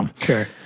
Sure